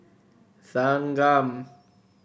thanggam